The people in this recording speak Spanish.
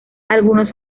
algunos